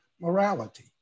morality